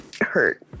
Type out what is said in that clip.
hurt